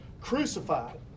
crucified